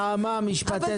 נעמה, משפטי סיום.